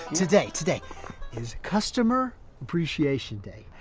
today today is customer appreciation day.